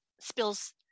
spills